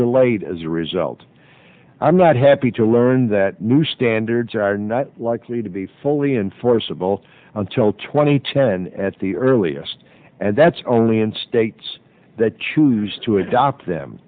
delayed as a result i'm not happy to learn that new standards are not likely to be fully enforceable until twenty ten at the earliest and that's only in states that choose to adopt them